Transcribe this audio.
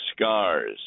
scars